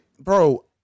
bro